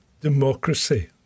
democracy